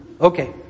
Okay